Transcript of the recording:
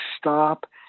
stop